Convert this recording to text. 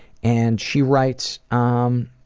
and she writes, um